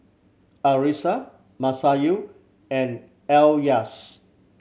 Arissa Masayu and Elyas